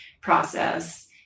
process